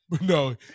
no